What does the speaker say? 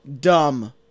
dumb